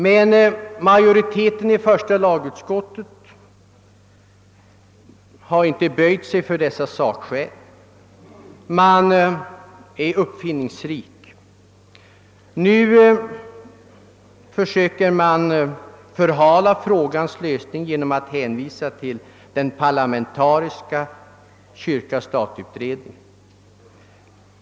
Men majoriteten i första lagutskottet har inte böjt sig för dessa sakskäl. Man är uppfinningsrik. Nu försöker man förhala frågans lösning genom att hänvisa till den parlamentariska kyrka—stat-utredningen.